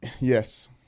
yes